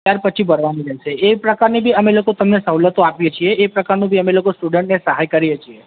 ત્યાર પછી ભરવાનું રહેશે એ પ્રકારની બી અમે લોકો તમને સવલતો આપીએ છીએ એ પ્રકારનું બી અમે લોકો સ્ટુડન્ટને સહાય કરીએ છીએ